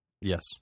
Yes